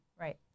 Right